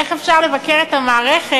איך אפשר לבקר את המערכת